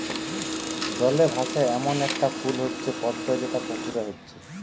জলে ভাসে এ্যামন একটা ফুল হচ্ছে পদ্ম যেটা পুকুরে হচ্ছে